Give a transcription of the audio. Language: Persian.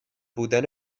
بودن